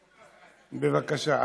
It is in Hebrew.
בבקשה.